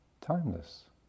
timeless